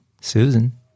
Susan